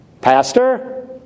Pastor